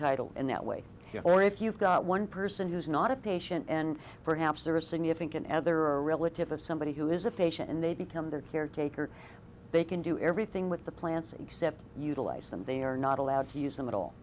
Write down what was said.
title and that way or if you've got one person who's not a patient and perhaps there are a significant other or a relative of somebody who is a patient and they become their caretaker they can do everything with the plans except utilize them they are not allowed to use them at all